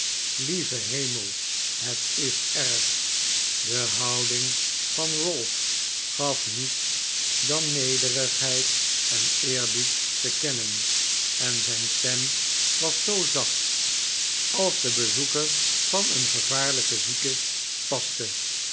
lieve hemel het is erg de houding van ralph gaf niets dan nederigheid en eerbied te kennen en zijn stem was zoo zacht als den bezoeker van een gevaarlijken zieke paste